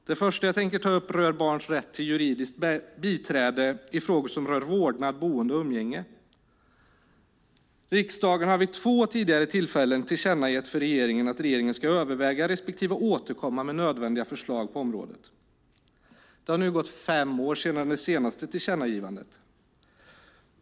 Det första jag tänker ta upp rör barns rätt till juridiskt biträde i frågor som rör vårdnad, boende och umgänge. Riksdagen har vid två tidigare tillfällen tillkännagett för regeringen att regeringen ska överväga respektive återkomma med nödvändiga förslag på området. Det har nu gått fem år sedan det senaste tillkännagivandet.